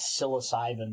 psilocybin